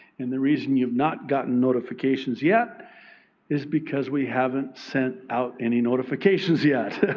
and the reason you have not gotten notifications yet is because we haven't sent out any notifications yet.